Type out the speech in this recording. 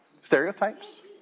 Stereotypes